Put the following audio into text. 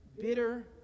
bitter